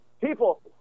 people